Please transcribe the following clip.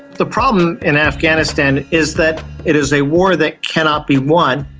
the problem in afghanistan is that it is a war that cannot be won,